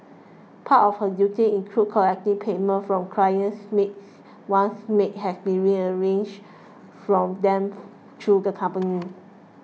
part of her duties included collecting payments from clients maids once maids had been arranged for them through the company